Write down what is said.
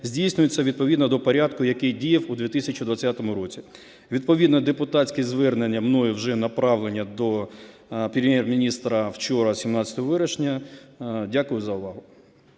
здійснюється відповідно до порядку, який діяв у 2020 році. Відповідне депутатське звернення мною вже направлене до Прем'єр-міністра вчора 17 вересня. Дякую за увагу.